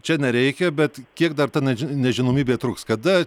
čia nereikia bet kiek dar ta naž nežinomybė truks kada